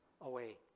away